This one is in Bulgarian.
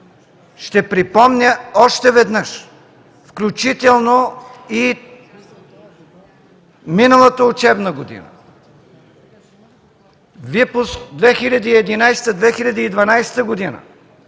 Ще припомня още веднъж, включително и миналата учебна година випуск 2011-2012 г.